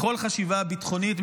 בכל חשיבה ביטחונית,